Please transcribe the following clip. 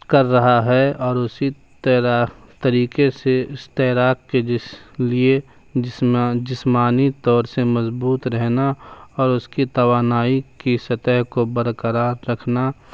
کر رہا ہے اور اسی طریقے سے اس تیراک کے جس لیے جسمانی طور سے مضبوط رہنا اور اس کی توانائی کی سطح کو برقرار رکھنا